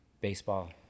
baseball